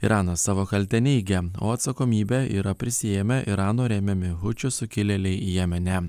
iranas savo kaltę neigia o atsakomybę yra prisiėmę irano remiami sukilėliai jemene